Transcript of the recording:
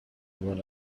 were